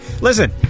listen